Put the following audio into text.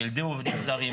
ילדי עובדים זרים,